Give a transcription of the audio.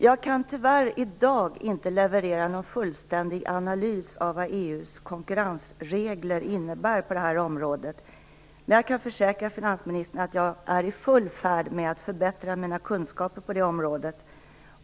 Jag kan tyvärr inte i dag leverera någon fullständig analys av vad EU:s konkurrensregler innebär på det här området, men jag kan försäkra finansministern om att jag är i full färd med att förbättra mina kunskaper på det området.